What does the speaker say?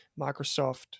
Microsoft